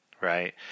right